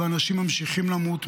ואנשים ממשיכים למות.